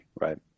right